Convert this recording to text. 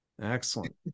Excellent